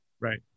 right